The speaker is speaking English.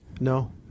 No